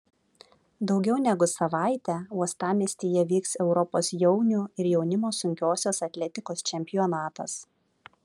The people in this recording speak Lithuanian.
daugiau negu savaitę uostamiestyje vyks europos jaunių ir jaunimo sunkiosios atletikos čempionatas